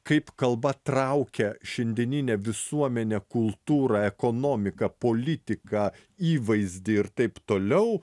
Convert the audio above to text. kaip kalba traukia šiandieninę visuomenę kultūrą ekonomiką politiką įvaizdį ir taip toliau